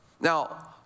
Now